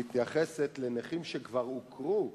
מתייחסת לנכים שכבר הוכרו,